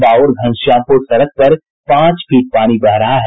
बाउर घनश्यामपुर सड़क पर पांच फीट पानी बह रहा है